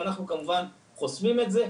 ואנחנו כמובן חוסמים את זה.